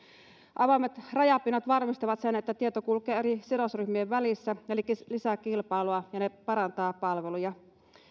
avoimet rajapinnat varmistavat sen että tieto kulkee eri sidosryhmien välissä elikkä lisäävät kilpailua ja parantavat palveluja